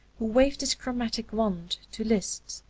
who waved his chromatic wand to liszt,